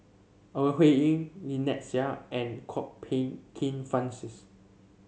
Ore Huiying Lynnette Seah and Kwok Peng Kin Francis